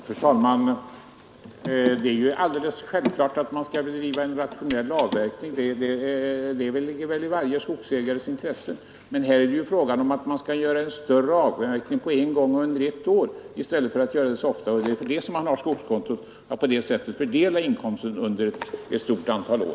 Fru talman! Det är alldeles s älvklart att man skall bedriva en rationell avverkning, det ligger i varje skog: ares intresse. Men här är det fråga om en större avverkning på en gång under ett år i stället för att avverka ofta. Därför har man skogskontot för att på det sättet kunna fördela inkomsterna under ett stort antal år